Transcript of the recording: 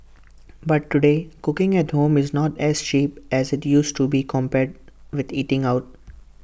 but today cooking at home is not as cheap as IT used to be compared with eating out